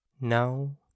Now